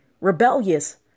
rebellious